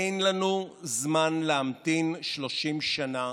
אין לנו זמן להמתין 30 שנה